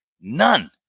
none